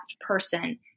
person